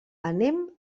anem